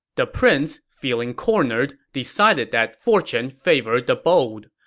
the prince, feeling cornered, decided that fortune favored the bold.